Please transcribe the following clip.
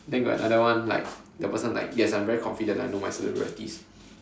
then got another one like the person was like yes I'm very confident I know my celebrities